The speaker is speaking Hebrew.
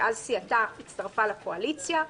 שאז סיעתה הצטרפה לקואליציה.